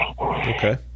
okay